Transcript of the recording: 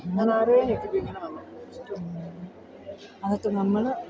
നമ്മളാരേയും അതൊക്കെ നമ്മൾ